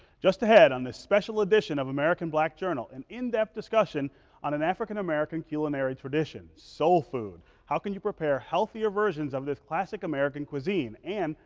just ahead on this special edition of american black journal, an in-depth discussion on an african-american culinary tradition soul food. how can you prepare healthier versions of this classic american cuisine? and,